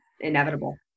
inevitable